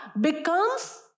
becomes